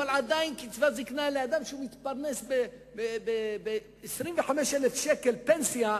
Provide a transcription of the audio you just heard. קצבת זיקנה לאדם שמתפרנס מ-25,000 שקל פנסיה,